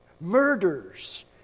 Murders